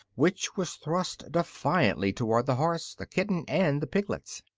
which was thrust defiantly toward the horse, the kitten and the piglets.